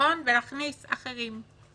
ולהכניס אחרים.